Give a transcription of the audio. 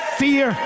fear